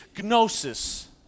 gnosis